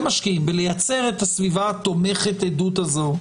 משקיעים בלייצר את הסביבה תומכת עדות הזו,